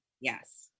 Yes